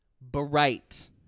Bright